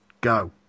go